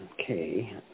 Okay